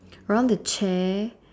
around the chair